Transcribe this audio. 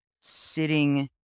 sitting